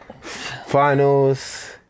finals